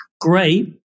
great